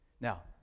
Now